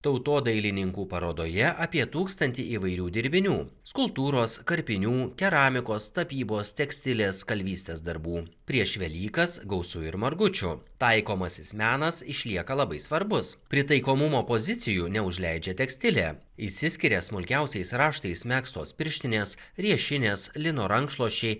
tautodailininkų parodoje apie tūkstantį įvairių dirbinių skulptūros karpinių keramikos tapybos tekstilės kalvystės darbų prieš velykas gausu ir margučių taikomasis menas išlieka labai svarbus pritaikomumo pozicijų neužleidžia tekstilė išsiskiria smulkiausiais raštais megztos pirštinės riešinės lino rankšluosčiai